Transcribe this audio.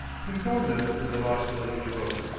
he found them in the lost-luggage room.